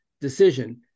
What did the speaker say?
decision